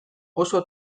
oso